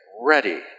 ready